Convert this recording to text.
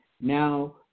Now